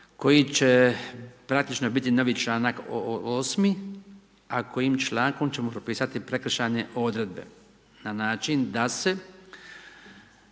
koji će praktično biti novi članak 8. a kojim člankom ćemo propisati prekršajne odredbe na način da se,